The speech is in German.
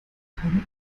keine